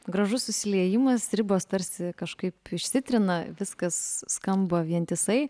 gražus susiliejimas ribos tarsi kažkaip išsitrina viskas skamba vientisai